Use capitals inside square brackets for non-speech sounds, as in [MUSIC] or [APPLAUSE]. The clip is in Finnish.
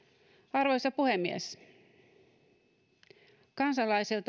arvoisa puhemies kansalaisilta [UNINTELLIGIBLE]